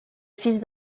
fils